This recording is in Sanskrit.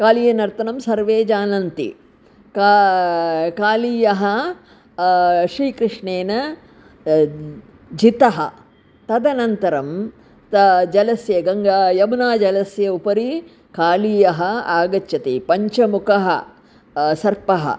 कालीयानर्तनं सर्वे जानन्ति का कालीया श्रीकृष्णेन जितः तदनन्तरं त जलस्य गङ्गा यमुनाजलस्य उपरि कालीया आगच्छति पञ्चमुखः सर्पः